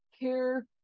care